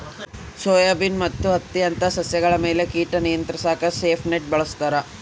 soybean ಮತ್ತು ಹತ್ತಿಯಂತ ಸಸ್ಯಗಳ ಮೇಲೆ ಕೀಟ ನಿಯಂತ್ರಿಸಾಕ ಸ್ವೀಪ್ ನೆಟ್ ಬಳಸ್ತಾರ